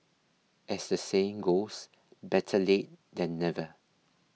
as the saying goes better late than never